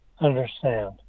understand